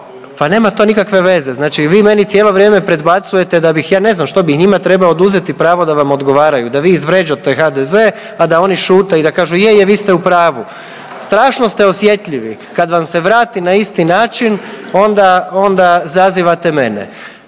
Pa nema to nikakve veze, znači vi meni cijelo vrijeme predbacujete da bih ja ne znam što bih njima treba oduzeti pravo da vam odgovarate, da vi izvrijeđate HDZ, a da oni šute i da kažu je, je vi ste u pravu. Strašno ste osjetljivi. Kad vam se vrati na isti način onda, onda zazivate mene.